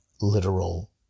literal